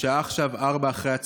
השעה עכשיו 16:00,